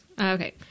Okay